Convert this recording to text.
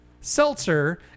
seltzer